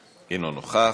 אינו נוכח,